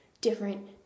different